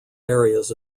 areas